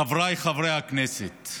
חבריי חברי הכנסת,